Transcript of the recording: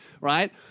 Right